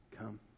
come